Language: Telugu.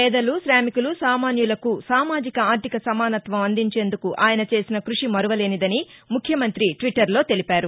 పేదలు కామికులు సామాన్యులకు సామాజిక ఆర్థిక సమానత్వం అందించేందుకు ఆయన చేసిన కృషి మరువలేనిదని ముఖ్యమంతి ట్విట్టర్ లో తెలిపారు